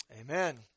Amen